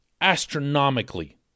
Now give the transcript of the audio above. astronomically